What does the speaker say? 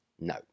No